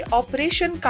operation